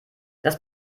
das